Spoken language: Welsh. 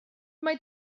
mae